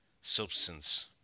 substance